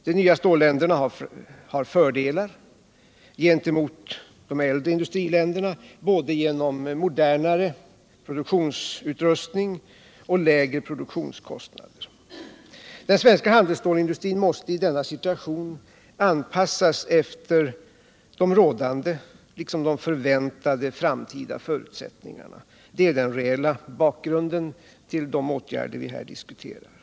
De nya stålproducerande länderna har fördelar gentemot de äldre industriländerna, både genom modernare produktionsutrustning och genom lägre produktionskostnader. Den svenska handelsstålsindustrin måste i denna situation anpassas efter de rådande liksom de förväntade framtida förutsättningarna. Det är den reella bakgrunden till de åtgärder vi här diskuterar.